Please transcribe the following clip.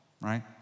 Right